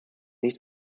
nicht